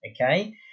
okay